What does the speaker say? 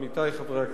עמיתי חברי הכנסת,